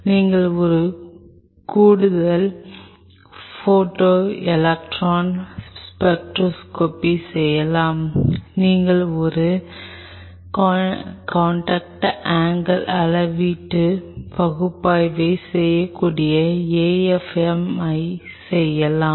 நீங்கள் ஒரு கூடுதல் ஃபோட்டோ எலக்ட்ரான் ஸ்பெக்ட்ரோஸ்கோபியை செய்யலாம் நீங்கள் ஒரு காண்டாக்ட் ஆங்கில் அளவீட்டு பகுப்பாய்வை செய்யக்கூடிய AFM ஐ செய்யலாம்